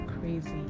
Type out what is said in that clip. crazy